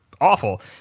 awful